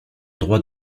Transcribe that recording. droit